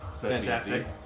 Fantastic